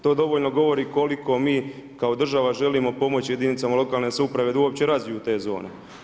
To dovoljno govori koliko mi kao država želimo pomoći jedinicama lokalne samouprave da uopće razviju te zone.